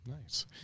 Nice